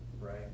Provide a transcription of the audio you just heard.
right